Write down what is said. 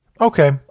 Okay